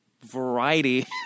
variety